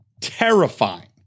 terrifying